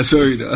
Sorry